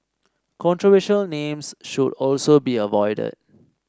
controversial names should also be avoided